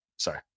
Sorry